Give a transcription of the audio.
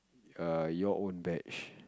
err your own batch